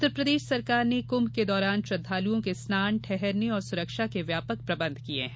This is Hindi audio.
उत्तरप्रदेश सरकार ने कृम्भ के दौरान श्रद्वालुओं के स्नान ठहरने और सुरक्षा के व्यापक प्रबंध किये हैं